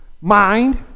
mind